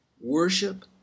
Worship